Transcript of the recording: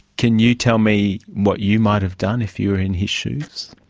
can you tell me what you might have done if you were in his shoes?